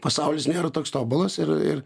pasaulis nėra toks tobulas ir ir